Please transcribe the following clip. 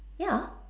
ya